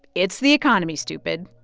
it's the economy, stupid.